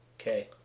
Okay